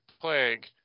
Plague